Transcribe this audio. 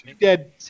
dead